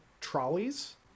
trolleys